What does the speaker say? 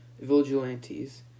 vigilantes